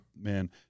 man